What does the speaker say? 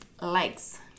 Likes